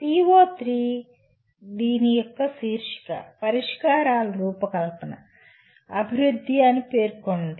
PO3 దీని యొక్క శీర్షిక పరిష్కారాల రూపకల్పన అభివృద్ధి అని పేర్కొంది